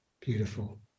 Beautiful